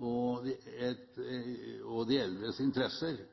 og de eldres interesser.